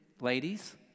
Ladies